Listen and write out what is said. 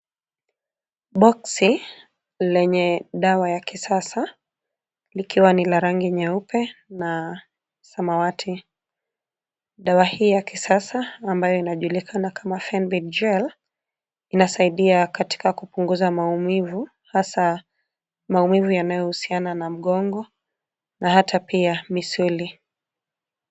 Boksi lenye dawa ya kisasa likiwa ni la rangi nyeupe na samawati dawa hii ya kisasa ambayo inajulikana kama fenbid gel inasaidia katika kupunguza maumivu hasa maumivu yanayo husiana na mgongo na hata pia misuli.